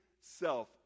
self